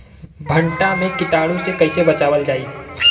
भनटा मे कीटाणु से कईसे बचावल जाई?